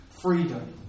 freedom